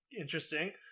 Interesting